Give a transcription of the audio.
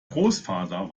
großvater